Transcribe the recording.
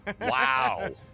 Wow